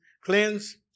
cleanse